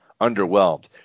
underwhelmed